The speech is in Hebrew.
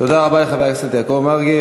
תודה רבה לחבר הכנסת יעקב מרגי.